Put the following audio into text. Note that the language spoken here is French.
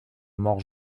mort